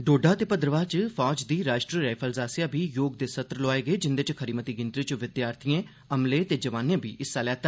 डोड़ा ते भदवाह च फौज दी राष्ट्री राईफल्स आसेआ बी योग दे सत्र लोआए गे जिंदे च खरी मती गिनतरी च विद्यार्थिएं अमले ते जवानें बी हिस्सा लैता